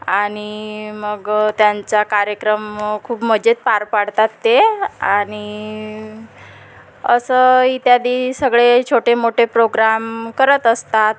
आणि मग त्यांचा कार्यक्रम खूप मजेत पार पाडतात ते आणि असं इत्यादी सगळे छोटे मोठे प्रोग्राम करत असतात